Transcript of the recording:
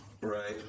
Right